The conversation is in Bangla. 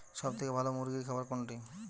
সবথেকে ভালো মুরগির খাবার কোনটি?